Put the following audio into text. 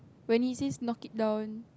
when he says knock it down